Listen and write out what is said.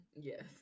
yes